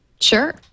Sure